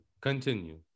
continue